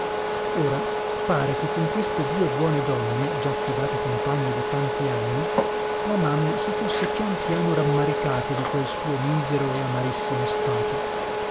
ora pare che con queste due buone donne già fidate compagne di tanti anni la mamma si fosse pian piano rammaricata di quel suo misero e amarissimo stato